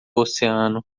oceano